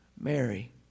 Mary